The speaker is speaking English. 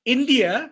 India